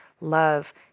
love